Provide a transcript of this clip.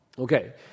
Okay